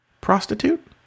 prostitute